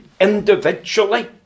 individually